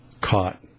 caught